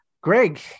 greg